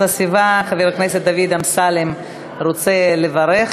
הסביבה חבר הכנסת דוד אמסלם רוצה לברך,